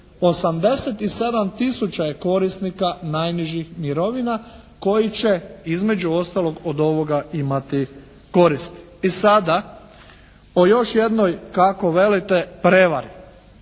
je korisnika najnižih mirovina koji će između ostalog od ovoga imati koristi. I sada o još jednoj kako velite prevari.